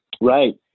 Right